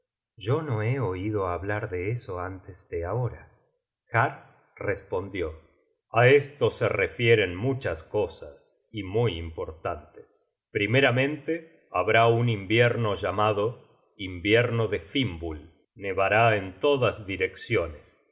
yo no he oido hablar de eso antes de ahora har respondió a esto se refieren muchas cosas y muy importantes primeramente habrá un invierno llamado invierno de fimbul nevará en todas direcciones una